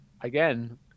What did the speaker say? again